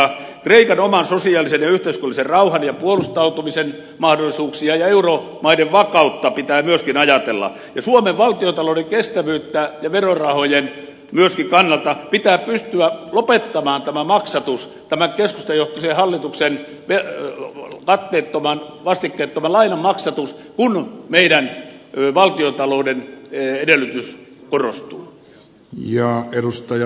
kreikan oman sosiaalisen ja yhteiskunnallisen rauhan ja puolustautumisen mahdollisuuksia ja euromaiden vakautta pitää myöskin ajatella ja myöskin suomen valtiontalouden kestävyyden ja verorahojen kannalta pitää pystyä lopettamaan tämä maksatus tämä keskustajohtoisen hallituksen katteettoman vastikkeettoman lainan maksatus kun meidän valtiontalouden edellytys korostuu